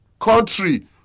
country